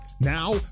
Now